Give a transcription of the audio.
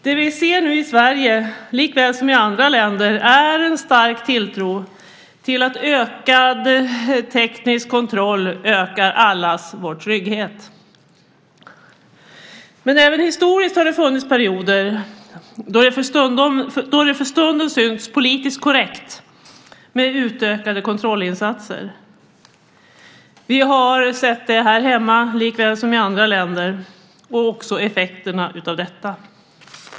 Det vi nu ser i Sverige likväl som i andra länder är en stark tilltro till att ökad teknisk kontroll ökar allas vår trygghet. Men även historiskt har det funnits perioder då det för stunden synts politiskt korrekt med utökade kontrollinsatser. Vi har sett det här hemma likväl som i andra länder och också effekterna av dessa.